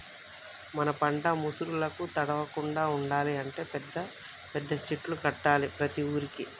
మన పంట ముసురులకు తడవకుండా ఉండాలి అంటే పెద్ద పెద్ద సెడ్డులు కట్టాలి ప్రతి ఊరుకి